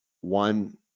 one